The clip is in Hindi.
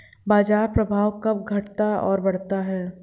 बाजार प्रभाव कब घटता और बढ़ता है?